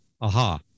aha